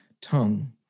tongue